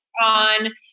on